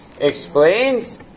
explains